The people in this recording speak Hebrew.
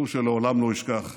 גנדי לא טעה לחשוב